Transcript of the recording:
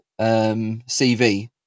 CV